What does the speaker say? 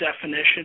definition